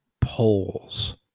poles